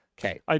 Okay